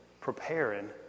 preparing